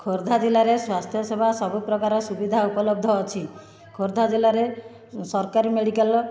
ଖୋର୍ଦ୍ଧା ଜିଲ୍ଲାରେ ସ୍ୱାସ୍ଥ୍ୟସେବା ସବୁପ୍ରକାର ସୁବିଧା ଉପଲବ୍ଧ ଅଛି ଖୋର୍ଦ୍ଧା ଜିଲ୍ଲାରେ ସରକାରୀ ମେଡ଼ିକାଲ